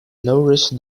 nourish